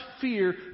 fear